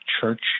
Church